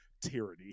tyranny